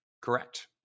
correct